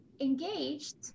engaged